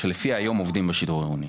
שלפיה היום עובדים בשיטור העירוני?